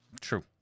True